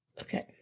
Okay